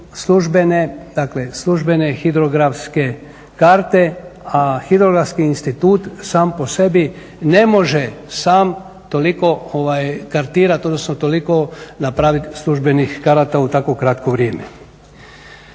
službene hidrografske karte. A Hidrografski institut sam po sebi ne može sam toliko kartirati, odnosno toliko napraviti službenih karata u tako kratko vrijeme.